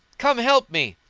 come help me.